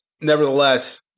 nevertheless